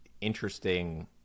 interesting